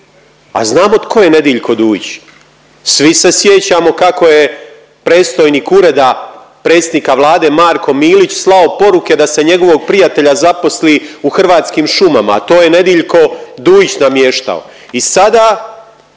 a znamo tko je Nediljko Dujić. Svi se sjećamo kako je predstojnik Ureda predsjednika Vlade Marko Milić slao poruke da se njegovog prijatelja zaposli u Hrvatskim šumama, a to je Nedjeljko Dujić namještao i sada